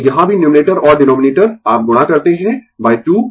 तो यहाँ भी न्यूमरेटर और डीनोमिनेटर आप गुणा करते है 2